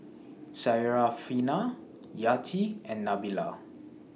Syarafina Yati and Nabila